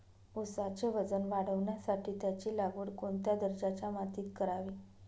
ऊसाचे वजन वाढवण्यासाठी त्याची लागवड कोणत्या दर्जाच्या मातीत करावी?